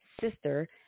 sister